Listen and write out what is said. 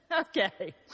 Okay